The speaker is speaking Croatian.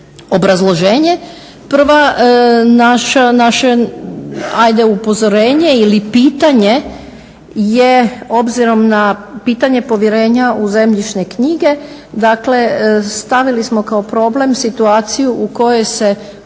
obrazloženje. Prvo naše ajde upozorenje ili pitanje je obzirom na pitanje povjerenja u zemljišne knjige. Dakle stavili smo kao problem situaciju u kojoj se upis